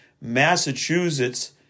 Massachusetts